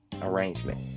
arrangement